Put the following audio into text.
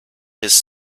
his